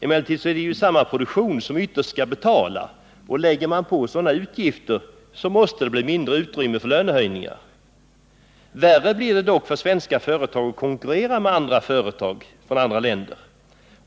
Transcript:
Emellertid är det ju samma produktion som ytterst skall betala, och lägger man på sådana avgifter så måste det bli mindre utrymme för lönehöjningar. Värre blir det dock för svenska företag att konkurrera med företag från andra länder.